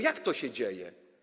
Jak to się dzieje?